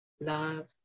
love